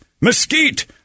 mesquite